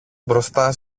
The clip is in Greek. μπροστά